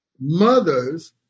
Mothers